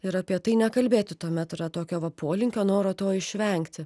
ir apie tai nekalbėti tuomet yra tokio va polinkio noro to išvengti